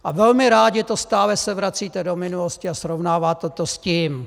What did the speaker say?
A velmi rádi se stále vracíte do minulosti a srovnáváte to s tím.